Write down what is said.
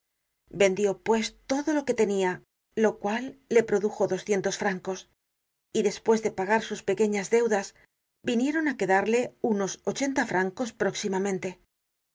vendió pues todo lo que tenia lo cual le produjo doscientos francos y despues de pagar sus pequeñas deudas vinieron á quedarle unos ochenta francos próximamente